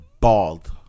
bald